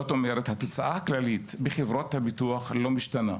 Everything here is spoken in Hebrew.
זאת אומרת התוצאה הכללית בחברות הביטוח לא משתנה.